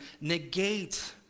negate